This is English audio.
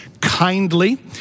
Kindly